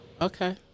Okay